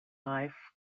life